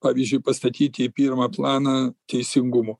pavyzdžiui pastatyti į pirmą planą teisingumo